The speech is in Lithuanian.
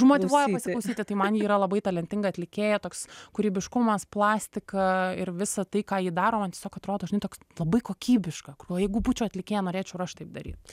užmotyvuoja pasiklausyti tai man ji yra labai talentinga atlikėja toks kūrybiškumas plastika ir visa tai ką ji daro man tiesiog atrodo žinai toks labai kokybiška jeigu būčiau atlikėja norėčiau ir aš taip daryt